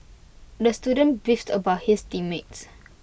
the student beefed about his team mates